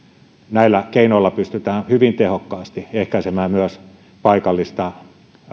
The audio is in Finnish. näillä keinoilla pystytään hyvin tehokkaasti ehkäisemään myös paikallista